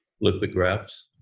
Lithographs